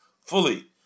fully